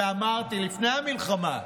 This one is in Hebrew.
ואמרתי לפני המלחמה: